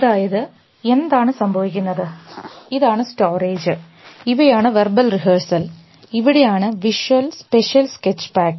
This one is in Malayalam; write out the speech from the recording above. അതായത് എന്താണ് സംഭവിക്കുന്നത് ഇതാണ് സ്റ്റോറേജ് ഇവയാണ് വെർബൽ റിഹേഴ്സൽ ഇവിടെയാണ് വിഷ്വൽ സ്പെഷ്യൽ സ്കെച്ച് പാക്ക്